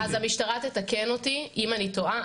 אז המשטרה תתקן אותי אם אני טועה.